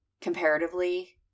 comparatively